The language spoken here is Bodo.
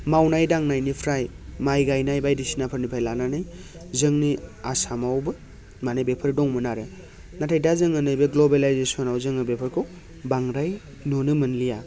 मावनाय दांनायनिफ्राय माइ गायनाय बायदिसिनाफोरनिफ्राय लानानै जोंनि आसामावबो माने बेफोर दंमोन आरो नाथाय दा जोङो नै बे ग्लबेलायजेसनाव जोङो बेफोरखौ बांद्राय नुनो मोनलिया